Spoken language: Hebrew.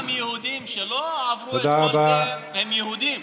גם יהודים שלא עברו את כל זה הם יהודים,